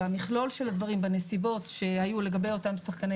במכלול של הדברים בנסיבות שהיו לגבי אותם שחקני